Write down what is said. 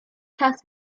czas